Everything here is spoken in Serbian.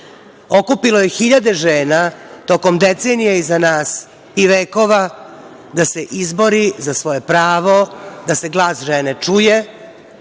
okupilo je hiljade žene tokom decenija i vekova iza nas da se izbori za svoje pravo, da se glas žene čuje,